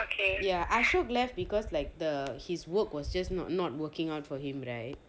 ya ashook left because like the his work was just not not working out for him right